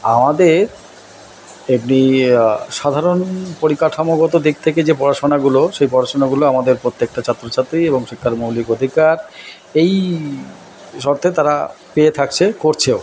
আমাদের এমনি সাধারণ পরিকাঠামোগত দিক থেকে যে পড়াশোনাগুলো সেই পড়াশোনাগুলো আমাদের প্রত্যেকটা ছাত্র ছাত্রী এবং শিক্ষার মৌলিক অধিকার এই শর্তে তারা পেয়ে থাকছে করছেও